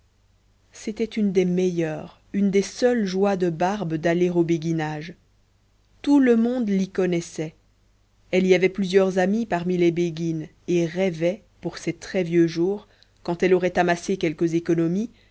c'était une des meilleures une des seules joies de barbe d'aller au béguinage tout le monde l'y connaissait elle y avait plusieurs amies parmi les béguines et rêvait pour ses très vieux jours quand elle aurait amassé quelques économies